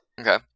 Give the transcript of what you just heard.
Okay